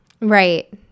Right